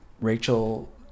Rachel